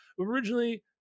Originally